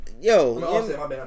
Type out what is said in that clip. Yo